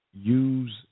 use